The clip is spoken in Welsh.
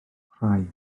rhai